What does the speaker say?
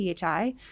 PHI